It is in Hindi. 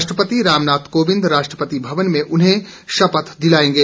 राष्ट्रपति रामनाथ कोविंद राष्ट्रपति भवन में उन्हें शपथ दिलाएंगे